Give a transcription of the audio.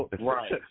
right